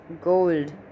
gold